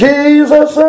Jesus